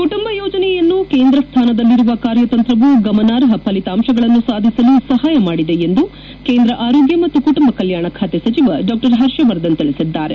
ಕುಟುಂಬ ಯೋಜನೆಯನ್ನು ಕೇಂದ್ರ ಸ್ಲಾನದಲ್ಲಿರುವ ಕಾರ್ಯತಂತ್ರವು ಗಮನಾರ್ಹ ಫಲಿತಾಂತಗಳನ್ನು ಸಾಧಿಸಲು ಸಹಾಯ ಮಾಡಿದೆ ಎಂದು ಕೇಂದ್ರ ಆರೋಗ್ಡ ಮತ್ತು ಕುಟುಂಬ ಕಲ್ನಾಣ ಖಾತೆ ಸಚಿವ ಡಾ ಹರ್ಷವರ್ಧನ್ ತಿಳಿಸಿದ್ದಾರೆ